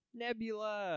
Nebula